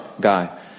guy